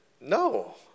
no